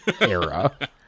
era